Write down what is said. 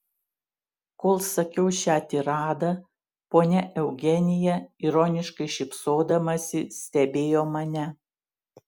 kol sakiau šią tiradą ponia eugenija ironiškai šypsodamasi stebėjo mane